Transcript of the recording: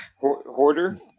Hoarder